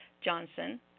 Johnson